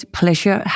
pleasure